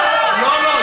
לא, לא.